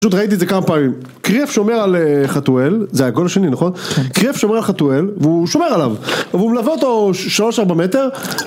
פשוט ראיתי את זה כמה פעמים קריף שומר על חתואל זה הגול השני נכון? קריף שומר על חתואל והוא שומר עליו והוא מלווה אותו 3-4 מטר